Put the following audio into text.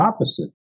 opposite